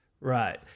right